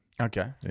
Okay